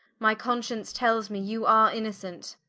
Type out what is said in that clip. my conscience tells me you are innocent